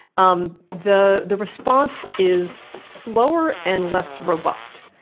um the the response is slower and less robust.